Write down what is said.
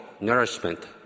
nourishment